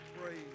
Praise